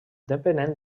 depenent